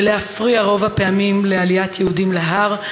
ולהפריע רוב הפעמים לעליית יהודים להר?